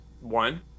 one